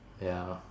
ya